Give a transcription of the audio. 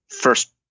first